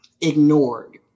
ignored